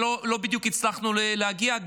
שלא בדיוק הצלחנו להגיע,